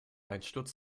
einsturz